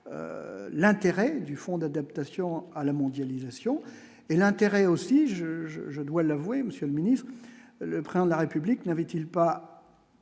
l'intérêt du fonds d'adaptation à la mondialisation et l'intérêt aussi je, je, je dois l'avouer Monsieur le Ministre le de la République n'avaient-ils pas